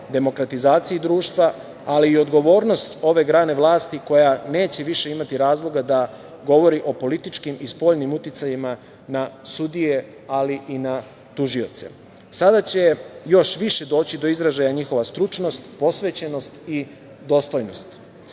demokratizaciji društva, ali i odgovornosti ove grane vlasti koja neće više imati razloga da govori o političkim i spoljnim uticajima na sudije, ali i na tužioce. Sada će još više doći do izražaja njihova stručnost, posvećenost i dostojnost,